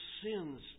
sins